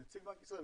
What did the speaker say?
נציג בנק ישראל,